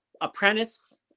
apprentice